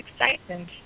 excitement